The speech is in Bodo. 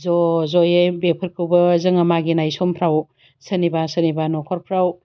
ज' जयै बेफोरखौबो जोङो मागिनाय समफ्राव सोरनिबा सोरनिबा नखरफ्राव